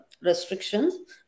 restrictions